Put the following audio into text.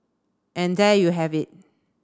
and there you have it